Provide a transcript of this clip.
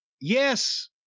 yes